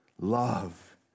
love